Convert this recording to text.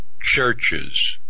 churches